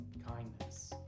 kindness